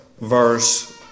verse